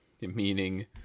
meaning